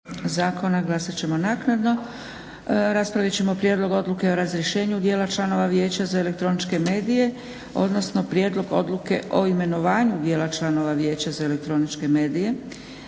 Dragica (SDP)** Raspravit ćemo o a)Prijedlog odluke o razrješenju dijela člana vijeća za elektroničke medije; b) Prijedlog odluke o imenovanju dijela člana vijeća za elektroničke medije;